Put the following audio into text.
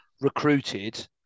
recruited